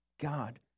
God